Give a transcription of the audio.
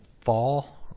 fall